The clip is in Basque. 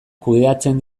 kudeatzen